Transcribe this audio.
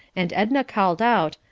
and edna called out,